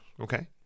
Okay